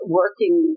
working